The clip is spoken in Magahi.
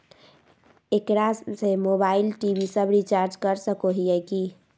एकरा से मोबाइल टी.वी सब रिचार्ज कर सको हियै की?